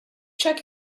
check